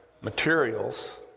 materials